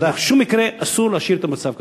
בשום מקרה אסור להשאיר את המצב כזה.